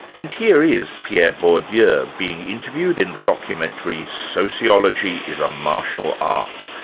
and here is pierre bourdieu yeah being interviewed in the documentary, sociology is a martial art,